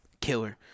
killer